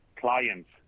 clients